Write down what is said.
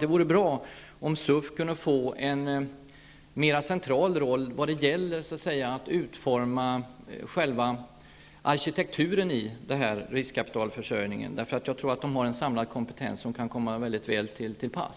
Det vore bra om SUF kunde få en mera central roll vad det gäller att utforma själva arkitekturen i riskkapitalförsörjningen, då man där har en samlad kompetens som kan komma mycket väl till pass.